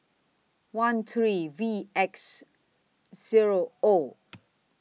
one three V X Zero O